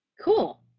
Cool